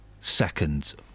seconds